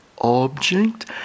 object